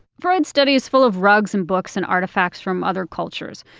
freud's study is full of rugs and books and artifacts from other cultures.